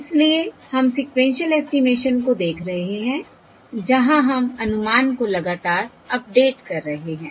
इसलिए हम sequential estimation को देख रहे हैं जहां हम अनुमान को लगातार अपडेट कर रहे हैं